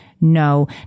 No